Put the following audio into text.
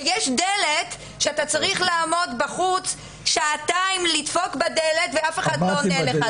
ויש דלת שאתה צריך לעמוד בחוץ שעתיים לדפוק בדלת ואף אחד לא עונה לך,